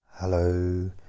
Hello